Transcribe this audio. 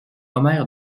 omer